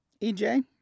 EJ